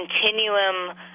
continuum